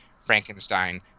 Frankenstein